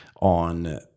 on